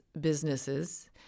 businesses